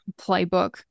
playbook